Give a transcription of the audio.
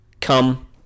Come